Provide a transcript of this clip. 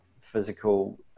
physical